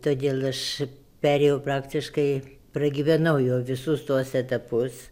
todėl aš perėjau praktiškai pragyvenau jau visus tuos etapus